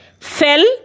Fell